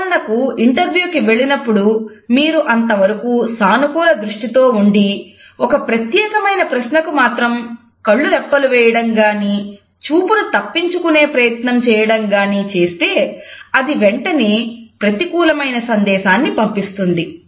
ఉదాహరణకు ఇంటర్వ్యూకి వెళ్ళినప్పుడు మీరు అంతవరకు సానుకూల దృష్టితో ఉండి ఒక ప్రత్యేకమైన ప్రశ్నకు మాత్రం కళ్ళు రెప్పలు వేయడం గానీ చూపును తప్పించుకునే ప్రయత్నం చేయడం గానీ చేస్తే అది వెంటనే ప్రతికూలమైన సందేశాన్ని పంపిస్తుంది